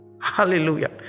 hallelujah